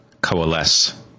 coalesce